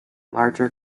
larger